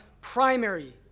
primary